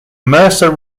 mercer